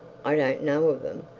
i don't know of them.